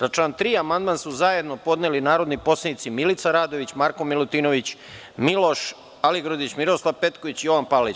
Na član 3. amandman su zajedno podneli narodni poslanici Milica Radović, Marko Milutinović, Miloš Aligrudić, Miroslav Petković i Jovan Palalić.